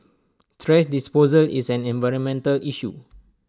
thrash disposal is an environmental issue